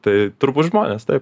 tai turbūt žmonės taip